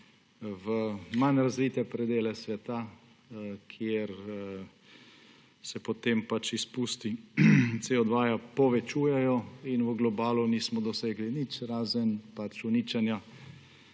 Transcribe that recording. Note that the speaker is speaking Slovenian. v manj razvite predele sveta, kjer se potem izpusti CO2 povečujejo in v globalu nismo dosegli nič razen uničenja